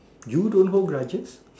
you don't hold grudges